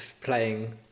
playing